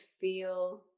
feel